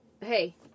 hey